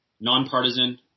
Nonpartisan